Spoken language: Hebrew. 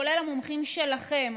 כולל המומחים שלכם,